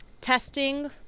testing